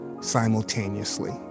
simultaneously